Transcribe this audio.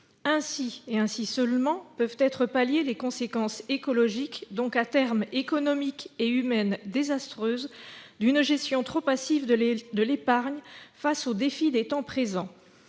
Ainsi, et ainsi seulement, peuvent être palliées les conséquences écologiques- donc, à terme, économiques et humaines désastreuses -d'une gestion trop passive de l'épargne face aux défis des temps présents.